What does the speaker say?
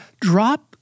drop